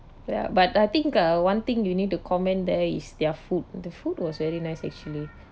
ya but I think uh one thing you need to comment there is their food the food was very nice actually